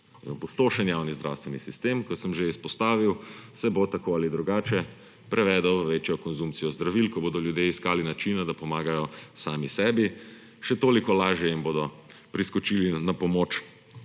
Opustošen javni zdravstveni sistem, kot sem že izpostavil, se bo tako ali drugače prevedel v večjo konsumpcijo zdravil, ko bodo ljudje iskali načine, da pomagajo sami sebi. Še toliko lažje jim bodo priskočili na pomoč